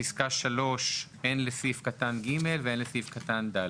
פסקה (3), הן לסעיף קטן (ג) והן לסעיף קטן (ד).